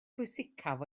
pwysicaf